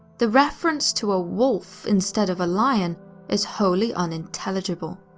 the reference to a wolf instead of a lion is wholly unintelligible.